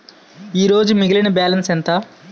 ఈరోజు మిగిలిన బ్యాలెన్స్ ఎంత?